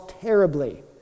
terribly